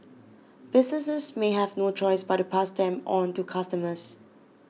businesses may have no choice but to pass them on to customers